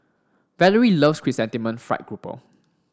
Valorie loves Chrysanthemum Fried Grouper